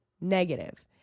negative